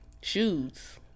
Shoes